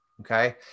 Okay